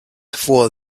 for